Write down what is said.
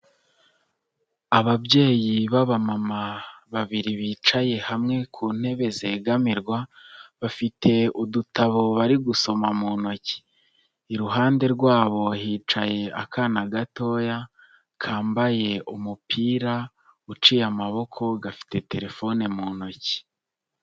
Ababyeyi b'aba mama babiri bicaye hamwe ku ntebe zegamirwa, bafite udutabo bari gusoma mu ntoki. Iruhande rwabo hicaye akana gatoya, kambaye umupira uciye amaboko, gafite terefone mu ntoki.